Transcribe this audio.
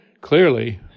Clearly